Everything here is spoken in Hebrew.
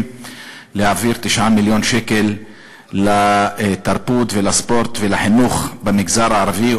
להעביר 9 מיליון שקל לתרבות ולספורט ולחינוך במגזר הערבי.